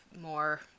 more